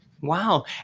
Wow